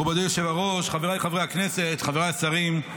מכובדי היושב-ראש, חבריי חברי הכנסת, חבריי השרים,